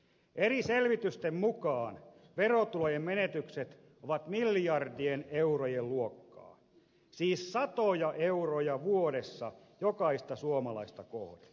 eri selvitysten mukaan verotulojen menetykset ovat miljardien eurojen luokkaa siis satoja euroja vuodessa jokaista suomalaista kohden